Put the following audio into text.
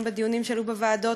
גם בדיונים שעלו בוועדות,